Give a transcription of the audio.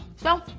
so,